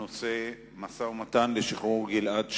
הנושא: המשא-ומתן לשחרור גלעד שליט,